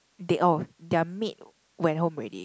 they all their maid went home already